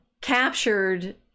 captured